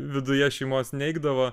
viduje šeimos neigdavo